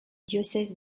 diocèse